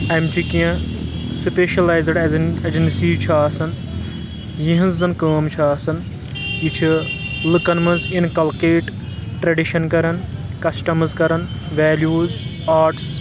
امچہِ کینٛہہ specialized agency چھِ آسان یِہٕنٛز زن کٲم چھ آسان یہِ چھِ لُکن منٛز اِنکلکیٹ ٹریڈِشن کران کسٹمز کران ویلیوٗز آرٹٕس